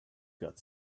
got